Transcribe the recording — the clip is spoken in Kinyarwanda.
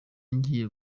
ngiye